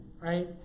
right